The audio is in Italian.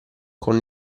con